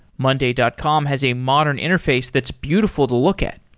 monday dot com has a modern interface that's beautiful to look at.